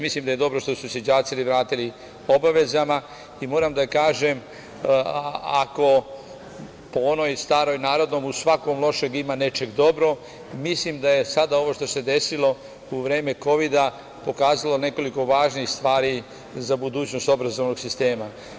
Mislim da je dobro što su se đaci vratili obavezama i moram da kažem, ako po onoj staroj narodnoj - u svakom lošem, ima nečeg dobrog, mislim da je sada ovo što se desilo u vreme kovida pokazalo nekoliko važnih stvari za budućnost obrazovnog sistema.